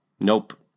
Nope